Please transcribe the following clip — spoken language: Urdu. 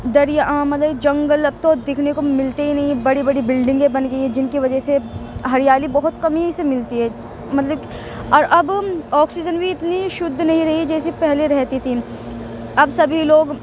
دریا مطلب ایک جنگل اب تو دکھنے کو ملتے ہی نہیں ہیں بڑی بڑی بلڈنگیں بن گئی ہیں جن کی وجہ سے ہریالی بہت کم ہی سے ملتی ہے مطلب اور اب آکسیجن بھی اتنی شدھ نہیں رہی جیسی پہلے رہتی تھی اب سبھی لوگ